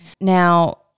now